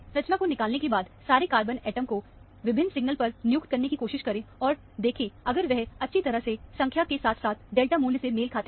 संरचना को निकालने के बाद सारे कार्बन एटम को विभिन्न सिग्नल पर नियुक्त करने की कोशिश करें और देखें अगर वह अच्छी तरह से संख्या के साथ साथ डेल्टा मूल्य से मेल खाते हैं